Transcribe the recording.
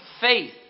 faith